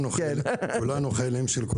כולנו חיילים של כולנו.